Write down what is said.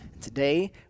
Today